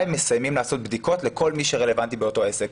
מסיימים לעשות בדיקות לכל מי שרלוונטי באותו עסק.